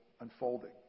unfolding